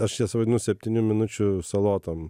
aš jas vadinu septynių minučių salotom